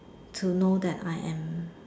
to know that I am